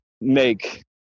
make